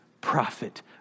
prophet